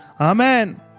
Amen